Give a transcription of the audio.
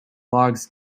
logs